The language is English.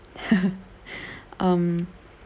um